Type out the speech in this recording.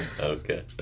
okay